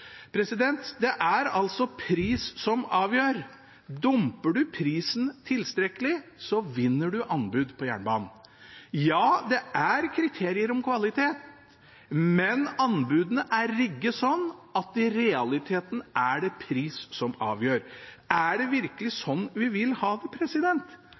Det er altså pris som avgjør. Dumper man prisen tilstrekkelig, vinner man anbud på jernbanen. Ja, det er kriterier om kvalitet, men anbudene er rigget sånn at det i realiteten er pris som avgjør. Er det virkelig sånn vi vil ha det?